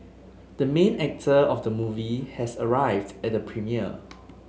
the main actor of the movie has arrived at the premiere